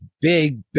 big